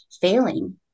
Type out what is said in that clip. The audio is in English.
failing